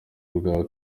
bwa